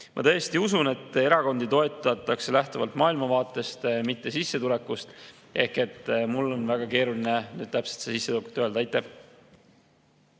Ma tõesti usun, et erakondi toetatakse lähtuvalt maailmavaatest, mitte sissetulekust. Mul on väga keeruline seda täpset sissetulekut öelda. Aitäh!